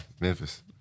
Memphis